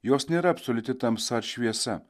jos nėra absoliuti tamsa ar šviesa